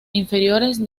inferiores